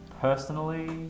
personally